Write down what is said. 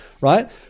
right